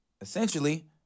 essentially